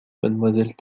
mademoiselle